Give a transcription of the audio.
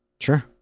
Sure